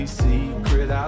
secret